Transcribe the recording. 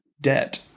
debt